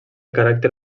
caràcter